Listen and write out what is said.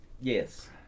Yes